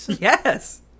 Yes